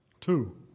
Two